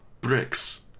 bricks